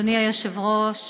אדוני היושב-ראש,